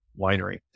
winery